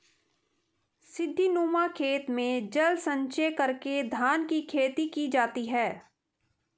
सीढ़ीनुमा खेत में जल संचय करके धान की खेती की जाती है